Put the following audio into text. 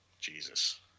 Jesus